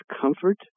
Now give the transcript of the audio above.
comfort